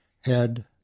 head